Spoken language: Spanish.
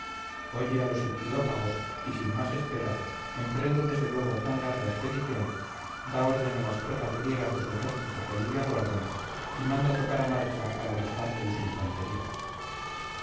oye a los ictiófagos y sin más espera emprende desde luego tan larga expedición da orden a las tropas griegas de su ejército que allí le aguardan y manda tocar a marcha a lo restante de su infantería